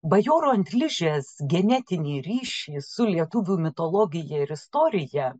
bajoro ant ližės genetinį ryšį su lietuvių mitologija ir istorija